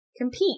compete